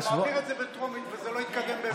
אם אתה מעביר את זה בטרומית וזה לא יתקדם ממילא,